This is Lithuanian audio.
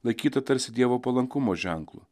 laikyta tarsi dievo palankumo ženklu